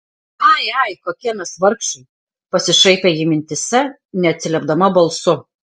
ai ai kokie mes vargšai pasišaipė ji mintyse neatsiliepdama balsu